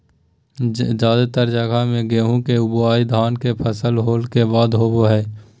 जादेतर जगह मे गेहूं के बुआई धान के फसल होला के बाद होवो हय